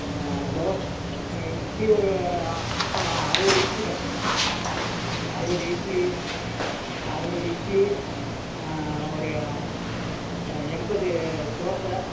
those idli ஒரு அறுபது இட்லி வேணுங்க அறுபது இட்லி அறுபது இட்லி ஒரு எ எண்பது தோசை